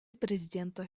президенты